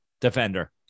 defender